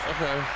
Okay